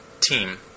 team